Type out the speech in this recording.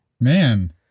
Man